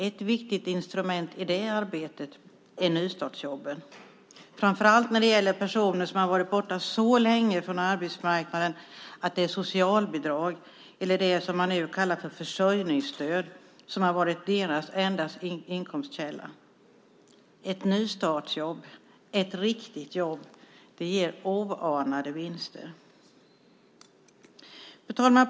Ett viktigt instrument i det arbetet är nystartsjobben, framför allt när det gäller personer som har varit borta så länge från arbetsmarknaden att det är socialbidrag eller det som man nu kallar för försörjningsstöd som har varit deras enda inkomstkälla. Ett nystartsjobb, ett riktigt jobb ger oanade vinster. Fru talman!